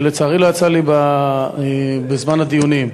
שלצערי לא יצא לי לדבר עליה בזמן הדיונים.